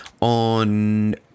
on